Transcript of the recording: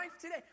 today